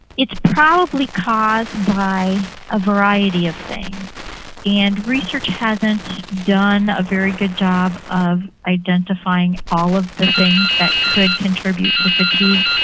it's probably caused by a variety of things and research hasn't done a very good job of identifying all of the things that could contribute to fatigue.